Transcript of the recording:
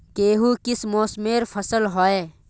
गेहूँ किस मौसमेर फसल होय?